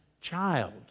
child